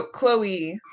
Chloe